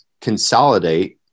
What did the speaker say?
consolidate